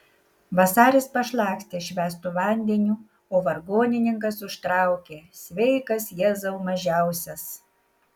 vasaris pašlakstė švęstu vandeniu o vargonininkas užtraukė sveikas jėzau mažiausias